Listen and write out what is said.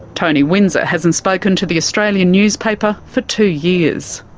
tony windsor hasn't spoken to the australian newspaper for two years.